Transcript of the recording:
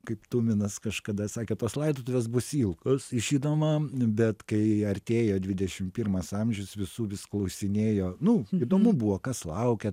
kaip tuminas kažkada sakė tos laidotuvės bus bet kai artėjo dvidešim pirmas amžius visų vis klausinėjo nu įdomu buvo kas laukia